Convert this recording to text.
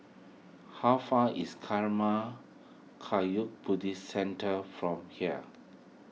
how far is Karma Kagyud Buddhist Centre from here